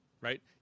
right